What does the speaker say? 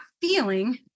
feeling